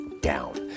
down